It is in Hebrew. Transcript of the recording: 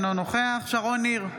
אינו נוכח שרון ניר,